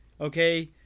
Okay